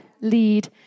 lead